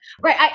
Right